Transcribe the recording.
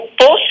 post